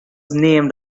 named